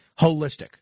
holistic